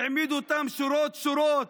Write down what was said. העמידו אותם שורות-שורות,